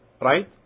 Right